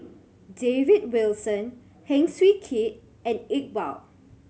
David Wilson Heng Swee Keat and Iqbal